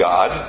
God